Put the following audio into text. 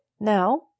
Now